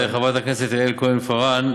חברת הכנסת יעל כהן-פארן,